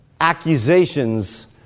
accusations